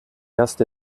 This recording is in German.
erste